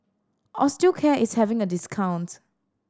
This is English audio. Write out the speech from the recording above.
Osteocare is having a discount